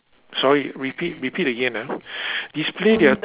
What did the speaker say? sorry repeat repeat again ah display their